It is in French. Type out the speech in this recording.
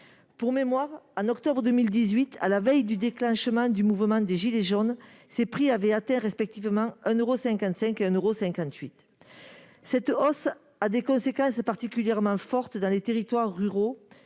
Pour mémoire, en octobre 2018, à la veille du déclenchement du mouvement des gilets jaunes, ces prix avaient atteint respectivement 1,55 et 1,58 euro. Cette hausse entraîne des conséquences particulièrement fortes dans les territoires ruraux,